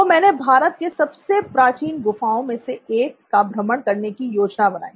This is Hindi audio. तो मैंने भारत के सबसे प्राचीन गुफाओं में से एक का भ्रमण करने की योजना बनाई